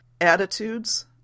attitudes